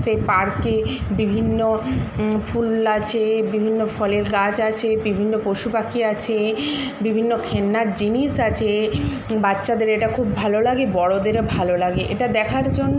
সেই পার্কে বিভিন্ন ফুল আছে বিভিন্ন ফলের গাছ আছে বিভিন্ন পশু পাখি আছে বিভিন্ন খেলনার জিনিস আছে বাচ্চাদের এটা খুব ভালো লাগে বড়দেরও ভালো লাগে এটা দেখার জন্য